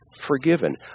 forgiven